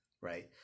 Right